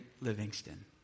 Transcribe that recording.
Livingston